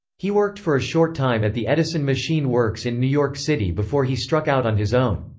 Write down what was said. he worked for a short time at the edison machine works in new york city before he struck out on his own.